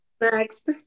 next